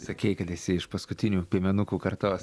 sakei kad esi iš paskutinių piemenukų kartos